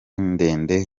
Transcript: ndende